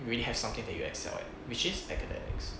you really have something that you excel at which is academics